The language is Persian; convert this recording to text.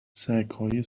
سگهای